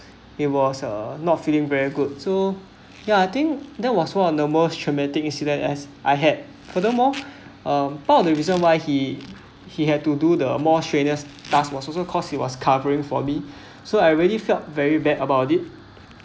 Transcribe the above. he was uh not feeling very good so yeah I think there was one of the most traumatic incident as I had furthermore uh part of the reason why he he had to do the more strenuous task was also cause he was covering for me so I really felt very bad about it